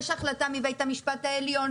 יש החלטה מבית המשפט העליון,